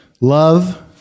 love